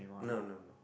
no no no